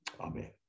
Amen